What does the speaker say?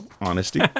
Honesty